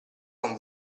con